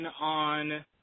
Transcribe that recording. on